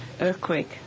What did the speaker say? earthquake